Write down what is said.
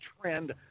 trend